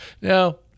Now